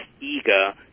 eager